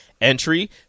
entry